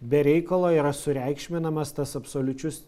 be reikalo yra sureikšminamas tas absoliučius